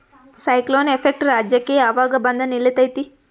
Cyclone effect ರಾಜ್ಯಕ್ಕೆ ಯಾವಾಗ ಬಂದ ನಿಲ್ಲತೈತಿ?